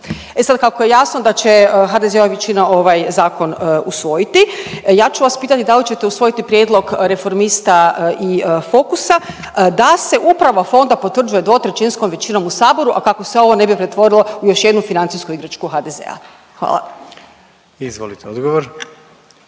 E sad kako je jasno da će HDZ-ova većina ovaj zakon usvojiti, ja ću vas pitati da li ćete usvojiti prijedlog Reformista i Fokusa da se uprava fonda potvrđuje dvotrećinskom većinom u Saboru, a kako se ovo ne bi pretvorilo u još jednu financijsku igračku HDZ-a. Hvala. **Jandroković,